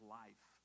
life